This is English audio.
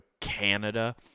Canada